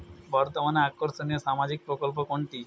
বর্তমানে আকর্ষনিয় সামাজিক প্রকল্প কোনটি?